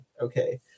Okay